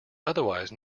otherwise